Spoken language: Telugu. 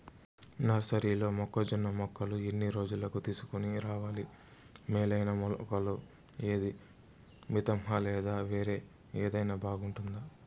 నర్సరీలో మొక్కజొన్న మొలకలు ఎన్ని రోజులకు తీసుకొని రావాలి మేలైన మొలకలు ఏదీ? మితంహ లేదా వేరే ఏదైనా బాగుంటుందా?